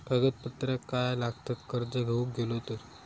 कागदपत्रा काय लागतत कर्ज घेऊक गेलो तर?